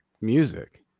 music